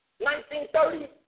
1930